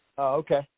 Okay